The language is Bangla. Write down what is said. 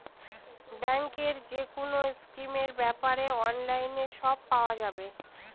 ব্যাঙ্কের যেকোনো স্কিমের ব্যাপারে অনলাইনে সব পাওয়া যাবে